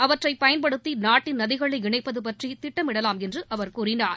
அவற்றை பயன்படுத்தி நாட்டின் நதிகளை இணைப்பது பற்றி திட்டமிடலாம் என்று அவர் கூறினார்